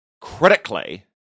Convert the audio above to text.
Critically